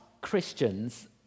Christians